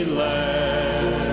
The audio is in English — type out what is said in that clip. land